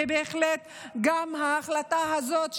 ובהחלט גם את ההחלטה הזאת,